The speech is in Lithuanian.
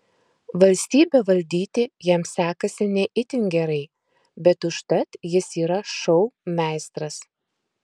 valstybę valdyti jam sekasi ne itin gerai bet užtat jis yra šou meistras